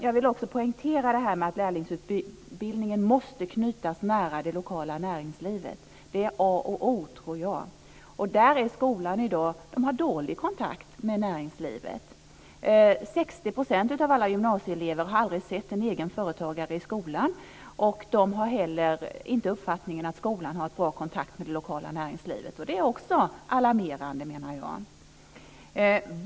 Jag vill också poängtera att lärlingsutbildningen måste knytas nära det lokala näringslivet. Det är A och O, tror jag. Skolan har i dag dålig kontakt med näringslivet. 60 % av alla gymnasieelever har aldrig sett en egenföretagare i skolan. De har inte heller den uppfattningen att skolan har en bra kontakt med det lokala näringslivet. Det är också alarmerande, anser jag.